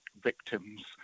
victims